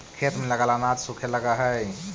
खेत में लगल अनाज सूखे लगऽ हई